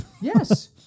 Yes